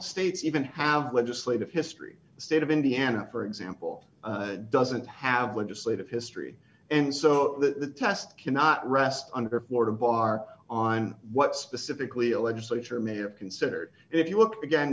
states even have legislative history the state of indiana for example doesn't have legislative history and so the test cannot rest under florida bar on what specifically a legislature may have considered if you look again